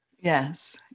Yes